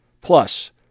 Plus